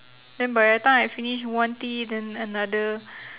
then by the time I finish one tea then another